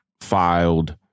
filed